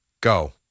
Go